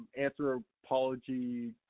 anthropology